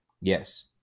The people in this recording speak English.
Yes